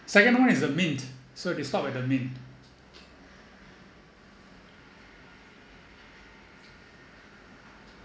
second one is the mint so they stop at the mint